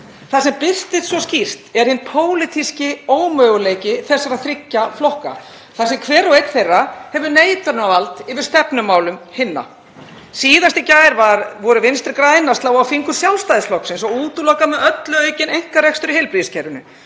Það sem birtist svo skýrt er hinn pólitíski ómöguleiki þessara þriggja flokka þar sem hver og einn þeirra hefur neitunarvald yfir stefnumálum hinna. Síðast í gær voru Vinstri græn að slá á fingur Sjálfstæðisflokksins og útiloka með öllu aukinn einkarekstur í heilbrigðiskerfinu,